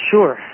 Sure